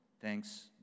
Thanks